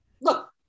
look